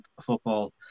football